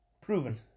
Proven